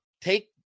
Take